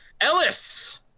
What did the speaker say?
Ellis